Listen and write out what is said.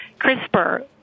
CRISPR